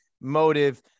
motive